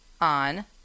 on